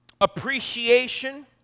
Appreciation